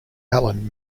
allen